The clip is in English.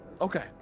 Okay